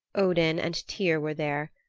odin and tyr were there,